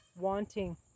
wanting